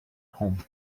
home